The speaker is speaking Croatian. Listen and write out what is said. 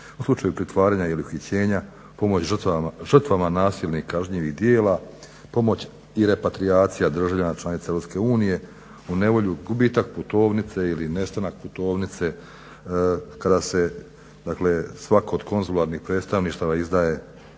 u slučaju pritvaranja ili uhićenja, pomoć žrtvama nasilnih kažnjivih djela, pomoć i repatrijacija državljana članica EU u nevolji, gubitak putovnice ili nestanak putovnice. Kada se svako od konzularnih predstavništava izdaje europski